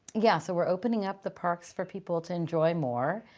yeah, so we're opening up the parks for people to enjoy more.